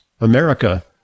America